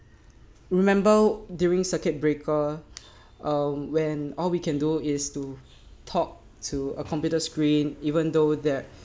remember during circuit breaker um when all we can do is to talk to a computer screen even though that